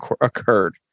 occurred